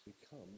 become